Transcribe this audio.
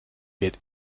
wird